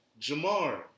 Jamar